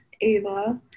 Ava